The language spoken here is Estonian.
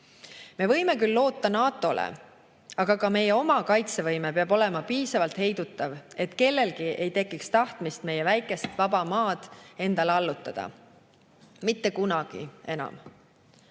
Me võime küll loota NATO‑le, aga ka meie oma kaitsevõime peab olema piisavalt heidutav, et kellelgi ei tekiks tahtmist meie väikest vaba maad endale allutada. Mitte kunagi enam.